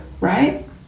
Right